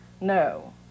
No